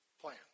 plan